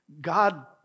God